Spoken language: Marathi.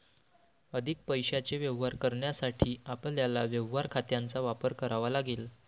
अधिक पैशाचे व्यवहार करण्यासाठी आपल्याला व्यवहार खात्यांचा वापर करावा लागेल